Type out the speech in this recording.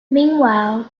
meanwhile